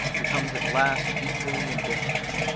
becomes at last equally indifferent.